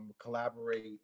collaborate